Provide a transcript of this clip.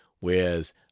whereas